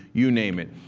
you name it.